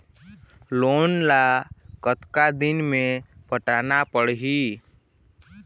Loan ला कतका दिन मे पटाना पड़ही?